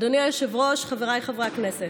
אדוני היושב-ראש, חבריי חברי הכנסת,